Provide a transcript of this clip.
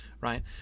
right